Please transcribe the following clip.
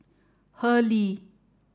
Hurley